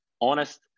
Honest